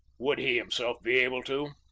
would he himself be able to?